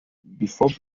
before